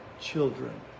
children